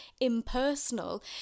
impersonal